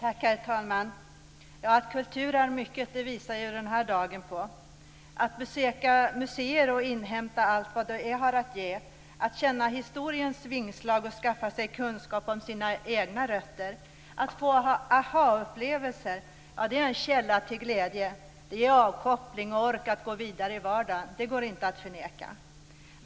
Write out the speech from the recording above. Herr talman! Att kultur är mycket visar den här dagen på. Att besöka museer och inhämta allt vad de har att ge, att känna historiens vingslag, att skaffa sig kunskap om sina egna rötter och att få aha-upplevelser är en källa till glädje. Det ger avkoppling och ork att gå vidare i vardagen. Det går inte att förneka.